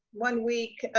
one week